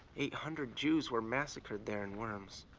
eight hundred jews were massacred there in worms,